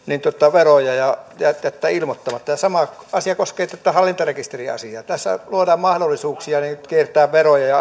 veroja ja jättää ilmoittamatta sama koskee hallintarekisteriasiaa tässä luodaan mahdollisuuksia kiertää veroja